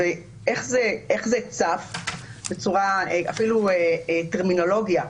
ואיך זה צף, ואפילו מבחינת טרמינולוגיה,